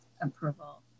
approval